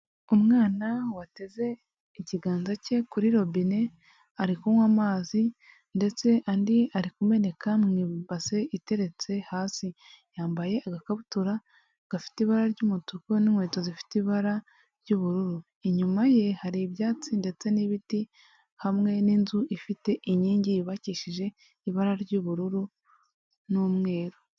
Umwana wateze ikiganza cye kuri robine ari kunywa amazi ndetse andi ari kumeneka mw’ibase iteretse hasi, yambaye agakabutura gafite ibara ry'umutuku n'inkweto zifite ibara ry'ubururu inyuma ye hari ibyatsi ndetse n'ibiti, hamwe n'inzu ifite inkingi yubakishije ibara ry'ubururu n'umweru.